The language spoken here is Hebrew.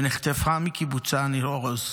נחטפה מקיבוצה ניר עוז.